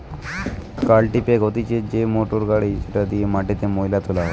কাল্টিপ্যাকের হতিছে সেই মোটর গাড়ি যেটি দিয়া মাটিতে মোয়লা তোলা হয়